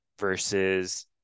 versus